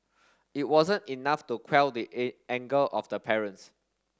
it wasn't enough to quell the anger of the parents